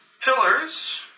pillars